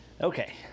okay